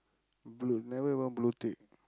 blue never even blue tick